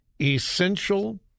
essential